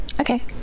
okay